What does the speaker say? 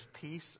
peace